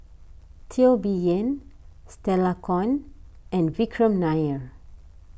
Teo Bee Yen Stella Kon and Vikram Nair